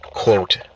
quote